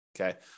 Okay